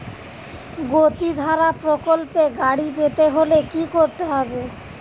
গতিধারা প্রকল্পে গাড়ি পেতে হলে কি করতে হবে?